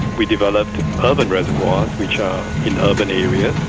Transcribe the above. we developed urban reservoirs, which are in urban areas.